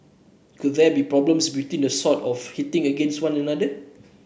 could there be some problems between them sort of hitting against one another